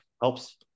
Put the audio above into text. helps